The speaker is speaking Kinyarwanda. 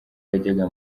yajyaga